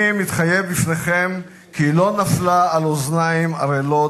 אני מתחייב בפניכם כי היא לא נפלה על אוזניים ערלות.